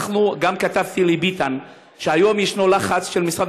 גם כתבתי לביטן שהיום יש לחץ של משרד